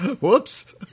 whoops